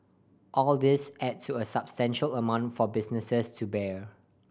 all these add to a substantial amount for businesses to bear